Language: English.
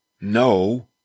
no